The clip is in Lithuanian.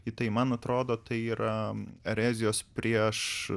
į tai man atrodo tai yra erezijos prieš